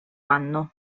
anno